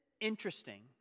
interesting